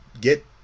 get